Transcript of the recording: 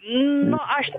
nu aš